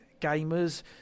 gamers